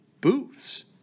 booths